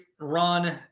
run